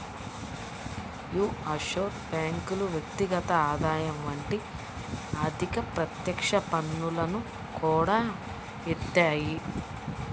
యీ ఆఫ్షోర్ బ్యేంకులు వ్యక్తిగత ఆదాయం వంటి అధిక ప్రత్యక్ష పన్నులను కూడా యేత్తాయి